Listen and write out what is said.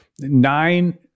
nine